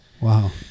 Wow